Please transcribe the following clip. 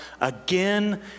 again